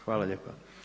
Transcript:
Hvala lijepo.